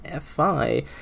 FI